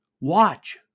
Watch